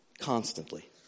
constantly